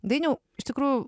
dainiau iš tikrųjų